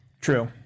true